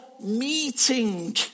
meeting